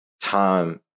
time